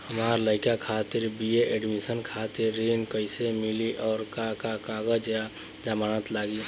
हमार लइका खातिर बी.ए एडमिशन खातिर ऋण कइसे मिली और का का कागज आ जमानत लागी?